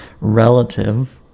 relative